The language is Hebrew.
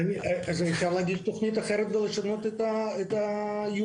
אין לי פתרונות יותר ממה שאחרים אמרו.